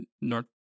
North